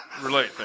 relate